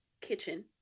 kitchen